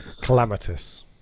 calamitous